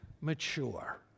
mature